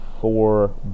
four